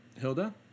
Hilda